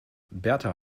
berta